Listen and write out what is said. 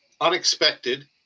unexpected